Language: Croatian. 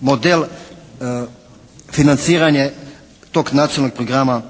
model financiranje tog nacionalnog programa